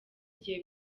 igihe